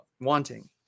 wanting